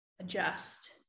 Adjust